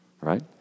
right